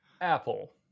apple